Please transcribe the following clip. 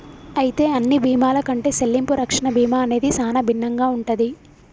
అయితే అన్ని బీమాల కంటే సెల్లింపు రక్షణ బీమా అనేది సానా భిన్నంగా ఉంటది